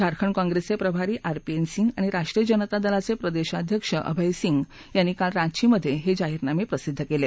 झारखंड काँग्रेसचे प्रभारी आरपीएन सिंग आणि राष्ट्रीय जनता दलाचे प्रदेशाध्यक्ष अभय सिंग यांनी काल रांचीमधे जाहीरनामे प्रसिद्ध केले